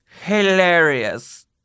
hilarious